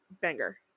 banger